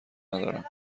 ندارم